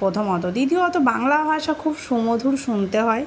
প্রথমত দ্বিতীয়ত বাংলা ভাষা খুব সুমধুর শুনতে হয়